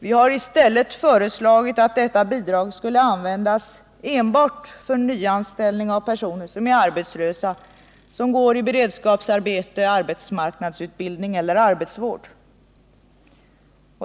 Vi har i stället föreslagit att detta bidrag skall användas för nyanställning av arbetslösa personer, de som går i beredskapsarbete, arbetsmarknadsutbildning eller arbetsvård.